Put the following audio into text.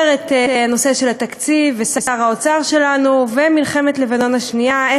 את הנושא של התקציב ושר האוצר שלנו ומלחמת לבנון השנייה,